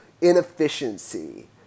inefficiency